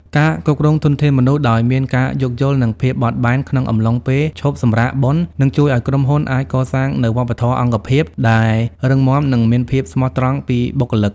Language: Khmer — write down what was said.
ការគ្រប់គ្រងធនធានមនុស្សដោយមានការយល់យោគ និងភាពបត់បែនក្នុងអំឡុងពេលឈប់សម្រាកបុណ្យ នឹងជួយឱ្យក្រុមហ៊ុនអាចកសាងនូវ "វប្បធម៌អង្គភាព" ដែលរឹងមាំ និងមានភាពស្មោះត្រង់ពីបុគ្គលិក។